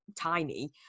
tiny